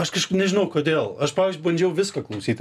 aš kašk nežinau kodėl aš pavyžiui bandžiau viską klausyti